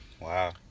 Wow